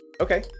Okay